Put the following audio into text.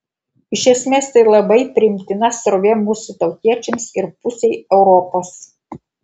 iš esmės tai labai priimtina srovė mūsų tautiečiams ir pusei europos